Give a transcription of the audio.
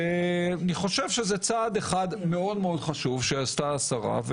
זה צעד מאוד חשוב שעשתה השרה,